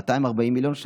240 מיליון ש"ח.